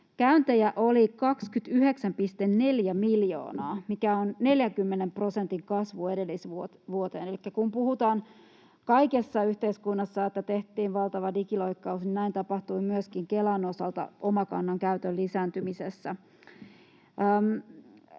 Käyntejä oli 29,4 miljoonaa, mikä on 40 prosentin kasvu edellisvuoteen. Elikkä kun puhutaan kaikessa yhteiskunnassa, että tehtiin valtava digiloikkaus, niin näin tapahtui myöskin Kelan osalta Omakannan käytön lisääntymisessä.